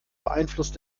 beeinflusst